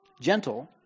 gentle